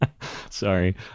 Sorry